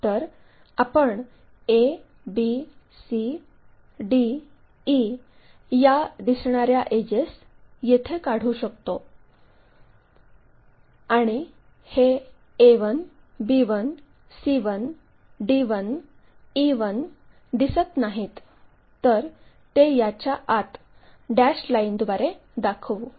तर आपण a b c d e या दिसणाऱ्या एडजेस येथे काढू शकतो आणि हे a1 b1 c1 d1 e1 दिसत नाहीत तर ते याच्या आत डॅश लाइनद्वारे दाखवू